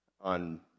on